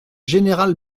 général